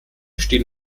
stehen